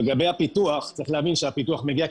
אבל הבתים הקיימים אצלנו שהם נמצאים בתוך המגרשים,